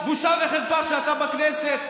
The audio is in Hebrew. בושה וחרפה שאתה בכנסת.